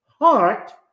heart